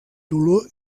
dolor